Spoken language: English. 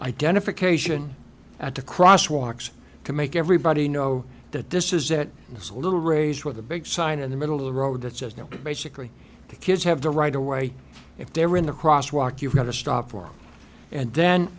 identification at the crosswalks to make everybody know that this is that it's a little raised with a big sign in the middle of the road that says no basically the kids have the right away if they were in the crosswalk you've got to stop for and then